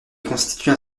constituent